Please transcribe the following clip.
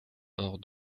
hors